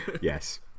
Yes